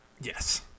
Yes